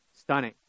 stunning